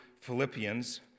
Philippians